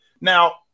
Now